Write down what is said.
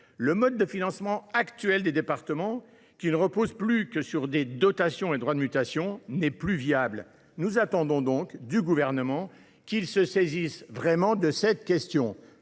le mode de financement actuel des départements, qui ne repose plus que sur des dotations et les droits de mutation, n’est plus viable. Nous attendons donc du Gouvernement qu’il se saisisse véritablement de la question.